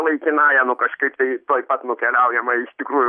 laikinąja nu kažkaip tai tuoj pat nukeliaujama iš tikrųjų